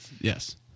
Yes